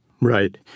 Right